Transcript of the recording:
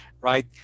right